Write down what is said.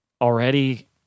already